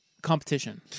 competition